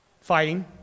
Fighting